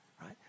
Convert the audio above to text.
right